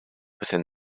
within